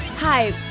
Hi